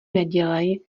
nedělej